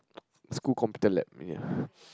school computer lab ya